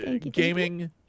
gaming